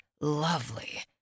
lovely